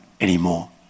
anymore